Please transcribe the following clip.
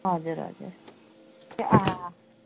हजुर हजुर ए अँ अँ